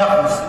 מאה אחוז.